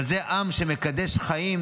אבל זה עם שמקדש חיים,